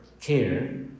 care